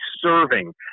serving